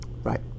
Right